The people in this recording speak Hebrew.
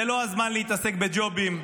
זה לא הזמן להתעסק בג'ובים,